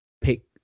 pick